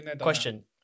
Question